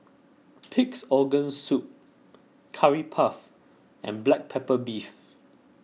Pig's Organ Soup Curry Puff and Black Pepper Beef